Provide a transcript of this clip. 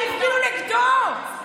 הם הפגינו נגדו, הם הצביעו לו.